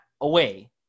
away